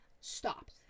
Stop